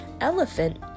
elephant